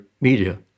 media